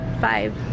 Five